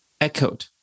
echoed